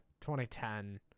2010